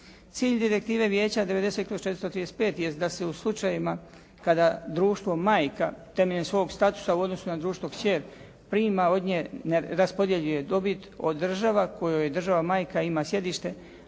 Cilj direktive Vijeća 90/435 jest da se u slučajevima kada društvo majka, temeljem svog statusa u odnosu na društvo kćer, prima od nje, raspodjeljuje dobit od država kojoj država majka ima sjedište,